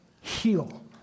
heal